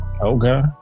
Okay